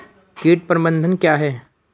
कीट प्रबंधन क्या है?